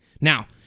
Now